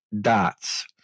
dots